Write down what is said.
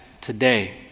today